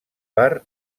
per